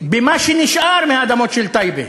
במה שנשאר מהאדמות של טייבה.